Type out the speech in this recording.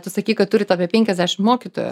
tu sakei kad turit apie penkiasdešim mokytojų